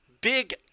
big